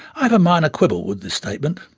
i have a minor quibble with this statement.